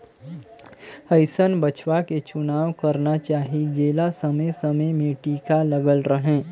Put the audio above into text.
अइसन बछवा के चुनाव करना चाही जेला समे समे में टीका लगल रहें